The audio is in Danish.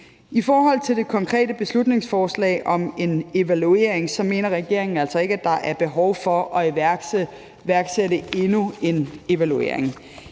I forhold til det konkrete beslutningsforslag om en evaluering mener regeringen altså ikke, at der er behov for at iværksætte endnu en evaluering.